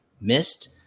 missed